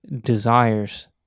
desires